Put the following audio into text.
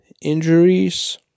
injuries